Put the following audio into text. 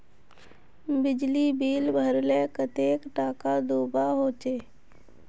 बिजली बिल भरले कतेक टाका दूबा होचे?